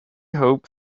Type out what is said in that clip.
hope